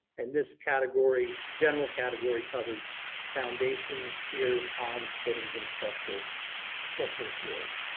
and this category, general category covers foundation, piers, columns, footings and structural structural floors.